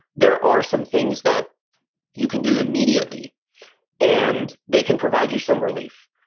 there are some things that you can do immediately and they can provide you some relief.